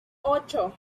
ocho